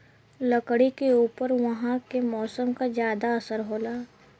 लकड़ी के ऊपर उहाँ के मौसम क जादा असर होला